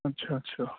اچھا اچھا